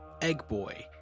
Eggboy